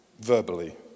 verbally